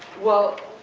well,